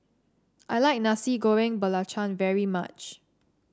I like Nasi Goreng Belacan very much